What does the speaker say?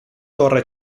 torre